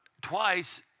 twice